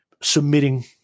submitting